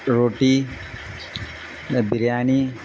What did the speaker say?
روٹی بریانی